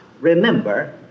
remember